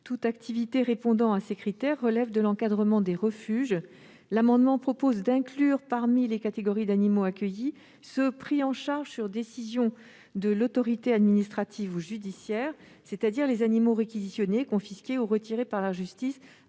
Toute activité répondant à ces critères relève de l'encadrement des refuges. Cet amendement vise à inclure dans les catégories d'animaux accueillis ceux qui sont pris en charge sur décision de l'autorité administrative ou judiciaire, c'est-à-dire les animaux réquisitionnés, confisqués ou retirés à leurs